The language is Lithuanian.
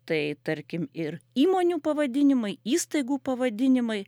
tai tarkim ir įmonių pavadinimai įstaigų pavadinimai